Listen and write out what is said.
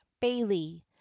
bailey